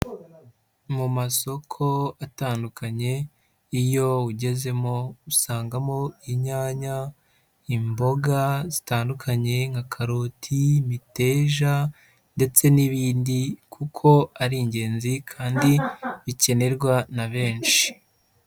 Mu masoko atandukanye, iyo ugezemo usangamo inyanya, imboga zitandukanye nka karoti, imiteja ndetse n'ibindi kuko ari ingenzi kandi bikenerwa na benshi.